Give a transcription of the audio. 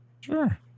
Sure